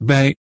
Bij